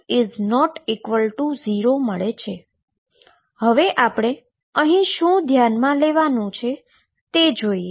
તો હવે અહી આપણે શું ધ્યાનમાં લેવાનું છે તે જોઈએ